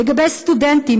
לגבי סטודנטים,